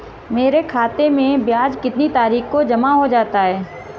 मेरे खाते में ब्याज कितनी तारीख को जमा हो जाता है?